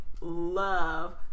love